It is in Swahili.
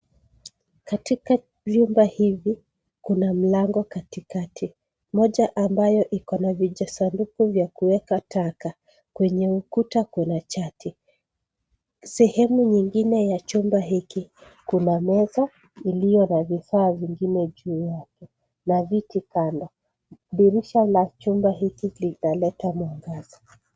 Katika vyumba hivi kuna mlango katikati. Moja ambayo iko na vijisanduku vya kuweka taka kwenye ukuta kuna chati. Sehemu nyingine ya chumba hiki, kuna meza iliyo na vifaa vingine juu yake na viti kando. Dirisha la chumba hiki linaleta mwangaza.